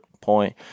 point